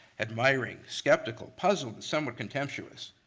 admiring, skeptical, puzzling, somewhat contemptuous.